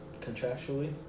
Contractually